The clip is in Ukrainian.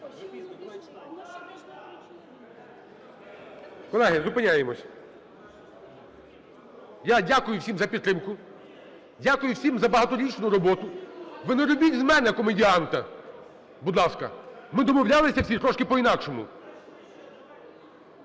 Колеги, зупиняємось. Я дякую всім за підтримку. Дякую всім за багаторічну роботу. Ви не робіть з мене комедіанта, будь ласка! Ми домовлялися всі трошки по-інакшому.